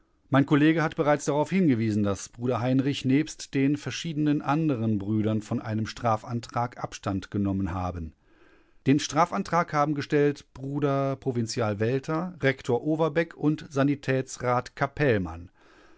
mein kollege hat bereits darauf hingewiesen daß bruder heinrich nebst den verschiedenen anderen brüdern von einem strafantrag abstand genommen haben den strafantrag haben gestellt bruder provinzial welter rektor overbeck und sanitätsrat capellmann